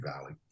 Valley